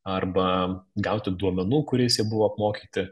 arba gauti duomenų kuriais jie buvo apmokyti